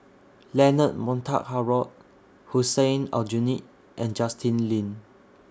Leonard Montague Harrod Hussein Aljunied and Justin Lean